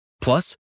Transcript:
Plus